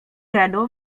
renu